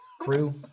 crew